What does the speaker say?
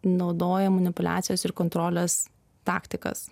naudoja manipuliacijos ir kontrolės taktikas